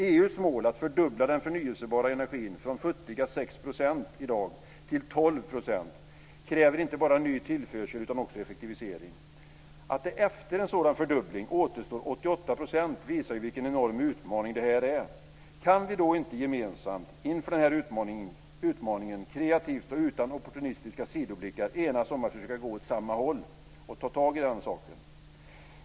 EU:s mål att fördubbla den förnyelsebara energin från futtiga 6 % i dag till 12 % kräver inte bara ny tillförsel utan också effektivisering. Att det efter en sådan fördubbling återstår 88 % visar ju vilken enorm utmaning det här är! Kan vi då inte gemensamt, inför den här utmaningen, kreativt och utan opportunistiska sidoblickar enas om att vi ska försöka gå åt samma håll och ta tag i den saken?